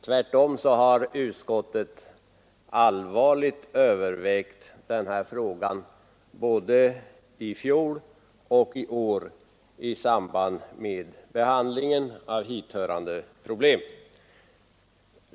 Tvärtom har utskottet allvarligt övervägt den här frågan både i fjol och i år i samband med behandlingen av hithörande problem.